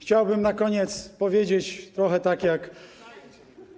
I chciałbym na koniec powiedzieć, trochę tak jak